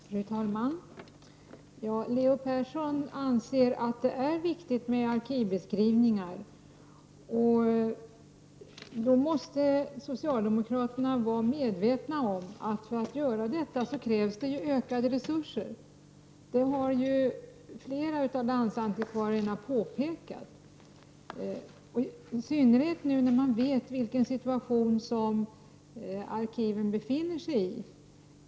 Fru talman! Leo Persson anser att det är viktigt med arkivbeskrivningar. Då måste socialdemokraterna vara medvetna om att det krävs ökade resurser för att göra detta. Det har flera av landsarkivarierna påpekat. Det gäller i synnerhet nu när man vet vilken situation som arkiven befinner sig i.